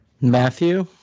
Matthew